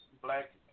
black